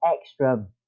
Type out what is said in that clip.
extra